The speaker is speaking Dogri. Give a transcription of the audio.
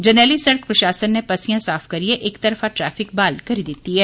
जरनैली सड़क प्रशासन नै पस्सियां साफ करियै इक तरफा ट्रैफिक ब्हाल करी दिती ऐ